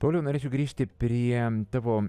pauliau norėčiau grįžti prie tavo